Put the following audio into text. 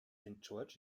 george’s